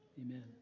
Amen